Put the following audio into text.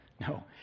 no